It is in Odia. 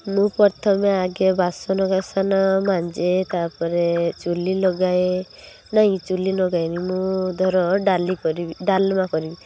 ମୁଁ ପ୍ରଥମେ ଆଜ୍ଞା ବାସନକୁସନ ମାଜେ ତାପରେ ଚୁଲି ଲଗାଏ ନାହିଁ ଚୁଲି ଲଗାଏନି ମୁଁ ଧର ଡାଲି କରିବି ଡାଲମା କରିବି